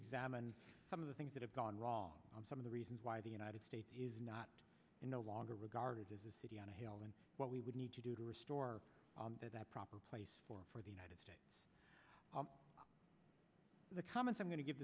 examine some of the things that have gone wrong on some of the reasons why the united states is not in no longer regarded as a city on a hill and what we would need to do to restore that proper place for for the united states the comments i'm going to give